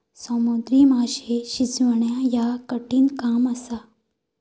समुद्री माशे शिजवणा ह्या कठिण काम असा